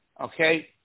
Okay